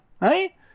Hey